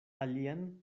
alian